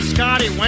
Scotty